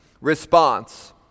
response